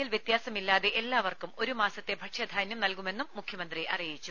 L വ്യത്യാസമില്ലാതെ എല്ലാവർക്കും ഒരു മാസത്തെ ഭക്ഷ്യധാന്യം നൽകുമെന്നും മുഖ്യമന്ത്രി അറിയിച്ചു